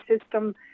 system